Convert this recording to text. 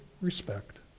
respect